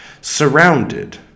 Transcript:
surrounded